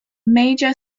major